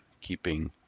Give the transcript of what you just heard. keeping